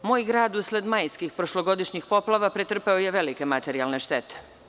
Moj grad usled majskih prošlogodišnjih poplava pretrpeo je velike materijalne štete.